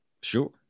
Sure